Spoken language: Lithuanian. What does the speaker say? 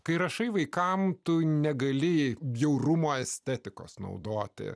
kai rašai vaikams tu negalėjai bjaurumo estetikos naudoti